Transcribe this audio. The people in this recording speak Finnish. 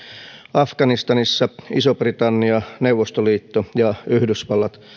afganistanissa iso britannia neuvostoliitto ja yhdysvallat